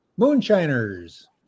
Moonshiners